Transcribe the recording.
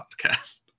podcast